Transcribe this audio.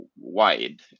wide